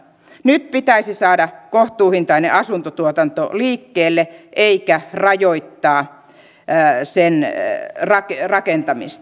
nyt pitäisi saada kohtuuhintainen asuntotuotanto liikkeelle eikä rajoittaa sen rakentamista